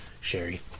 Sherry